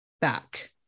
back